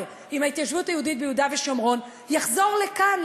עם ההתיישבות היהודית ביהודה ושומרון יחזור לכאן,